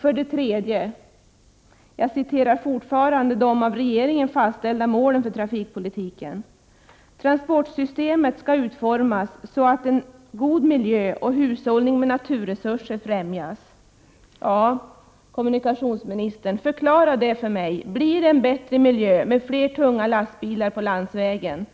För det tredje sägs det i regeringens mål: ”Transportsystemet skall utformas, så att en god miljö och hushållning med naturresurser främjas.” Kommunikationsministern, förklara detta för mig. Blir det en bättre miljö med fler tunga lastbilar på landsvägen?